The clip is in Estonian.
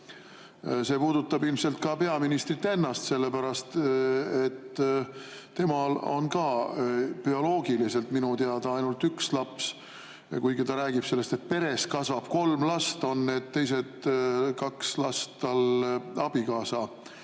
See puudutab ilmselt ka peaministrit ennast, sellepärast et temal on ka bioloogiliselt minu teada ainult üks laps. Kuigi ta räägib sellest, et peres kasvab kolm last, on need teised kaks last tal abikaasa